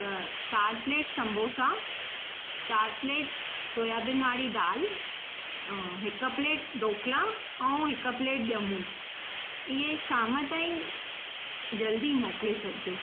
त चारि प्लेट सम्बोसा चारि प्लेट सोयाबीन वारी दाल हिकु प्लेट ढोकला ऐं हिकु प्लेट ॼमूं इएं शाम ताईं जल्दी मोकिले छॾिजो